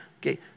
Okay